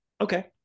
Okay